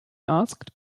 asked